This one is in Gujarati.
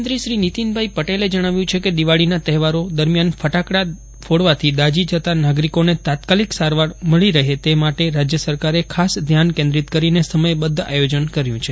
મંત્રી નીતિન પટેલે જજ્ઞાવ્યું છે કે દિવાળીના તહેવારો દરમિયાન ફટાકડા ફોડવાથી દાઝી જતા નાગરિકોને તાત્કાલિક સારવાર મળી રહે તે માટે રાજય સરકારે ખાસ ધ્યાાન કેન્દ્રીત કરીને સમયબધ્ધ આયોજન કર્યું છે